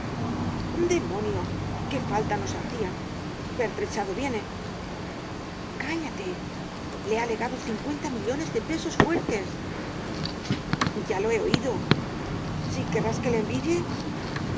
fuertes demonio qué falta nos hacían pertrechado viene cállate le ha legado cincuenta millones de pesos fuertes ya lo he oído si querrás que le envidie